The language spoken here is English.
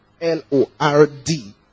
L-O-R-D